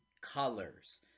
colors